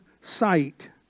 sight